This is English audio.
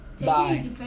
bye